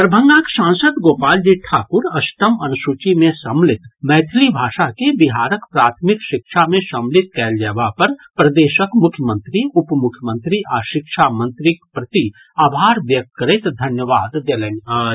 दरभंगाक सांसद गोपालजी ठाकुर अष्टम अनुसूची मे सम्मिलित मैथिली भाषा के बिहारक प्राथमिक शिक्षा मे सम्मिलित कयल जयबा पर प्रदेशक मुख्यमंत्री उप मुख्यमंत्री आ शिक्षा मंत्रीक प्रति आभार व्यक्त करैत धन्यवाद देलनि अछि